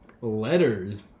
Letters